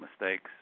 mistakes